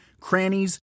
crannies